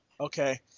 Okay